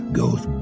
goes